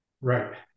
Right